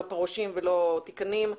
לא פרעושים ולא תיקנים,